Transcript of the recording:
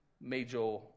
major